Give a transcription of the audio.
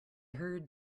heard